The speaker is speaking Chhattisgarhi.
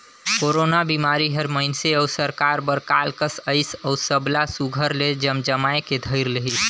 कोरोना बिमारी हर मइनसे अउ सरकार बर काल कस अइस अउ सब ला सुग्घर ले जमजमाए के धइर लेहिस